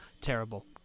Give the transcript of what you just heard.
terrible